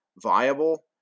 viable